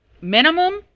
Minimum